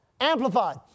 Amplified